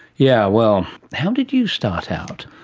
yeah, well. how did you start out?